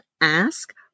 ask